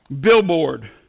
billboard